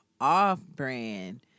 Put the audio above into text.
off-brand